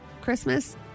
Christmas